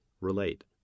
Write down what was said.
relate